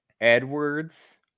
Edwards